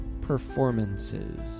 performances